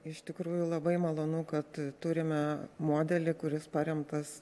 iš tikrųjų labai malonu kad turime modelį kuris paremtas